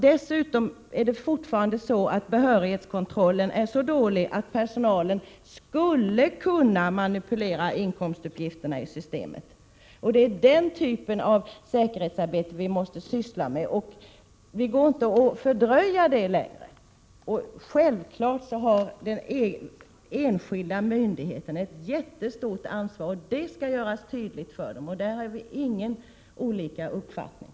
Dessutom är behörighetskontrollen fortfarande så dålig att personalen skulle kunna manipulera inkomstuppgifterna i systemet. Det är den typen av säkerhetsarbete vi måste syssla med; det går inte att fördröja det längre. Självfallet har de enskilda myndigheterna ett jättestort ansvar, och det skall göras tydligt för dem — på den punkten har vi inte olika uppfattningar.